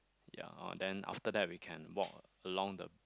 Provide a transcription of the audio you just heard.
ya uh then after that we can walk along the